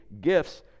gifts